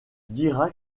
dira